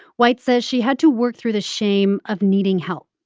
white says she had to work through the shame of needing help.